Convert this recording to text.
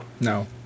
No